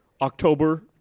October